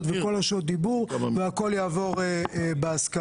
ואת כל שעות הדיבור והכול יעבור בהסכמה.